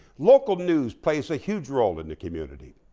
local news plays a huge role in the community.